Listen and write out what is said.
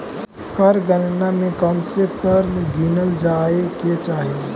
कर गणना में कौनसे कर गिनल जाए के चाही